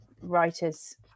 writers